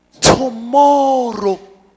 Tomorrow